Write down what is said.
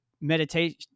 meditation